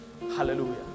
Hallelujah